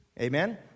Amen